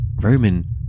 Roman